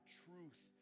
truth